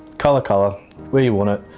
colour, colour where you want it.